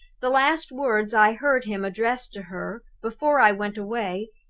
the last words i heard him address to her, before i went away,